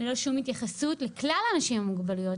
ללא כל התייחסות לכלל האנשים עם מוגבלויות.